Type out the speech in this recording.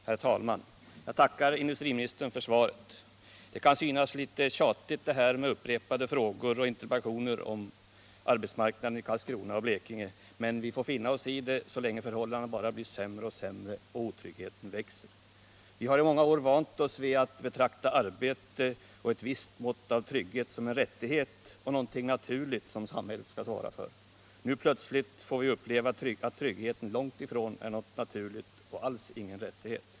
Herr talman! Jag tackar industriministern för svaret. Det kan synas litet tjatigt med upprepade frågor och interpellationer om arbetsmarknaden i Karlskrona och Blekinge, men vi får finna oss i det så länge förhållandena bara blir sämre och sämre och otryggheten växer. Vi har i många år vant oss vid att betrakta arbete och ett visst mått av trygghet som en rättighet och någonting naturligt som samhället skall svara för. Nu plötsligt får vi uppleva att tryggheten långt ifrån är något naturligt och alls ingen rättighet.